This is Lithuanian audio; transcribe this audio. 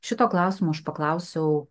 šito klausimo aš paklausiau